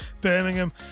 Birmingham